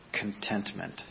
contentment